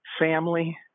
family